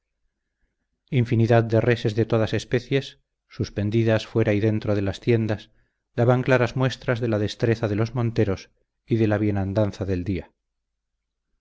infinidad de reses de todas especies suspendidas fuera y dentro de las tiendas daban claras muestras de la destreza de los monteros y de la bienandanza del día